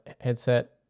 headset